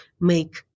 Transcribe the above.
make